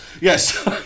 yes